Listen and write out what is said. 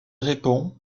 répond